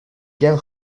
yan